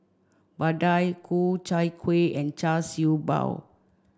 Vadai Ku Chai Kuih and Char Siew Bao